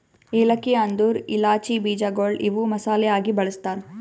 ಏಲಕ್ಕಿ ಅಂದುರ್ ಇಲಾಚಿ ಬೀಜಗೊಳ್ ಇವು ಮಸಾಲೆ ಆಗಿ ಬಳ್ಸತಾರ್